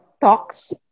talks